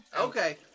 Okay